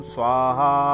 Swaha